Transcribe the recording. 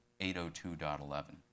802.11